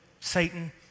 Satan